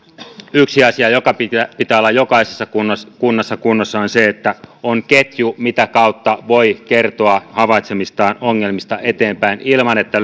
yksi asia joka pitää pitää olla jokaisessa kunnassa kunnossa kunnossa on se että on ketju mitä kautta voi kertoa havaitsemistaan ongelmista eteenpäin ilman että